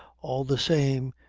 all the same,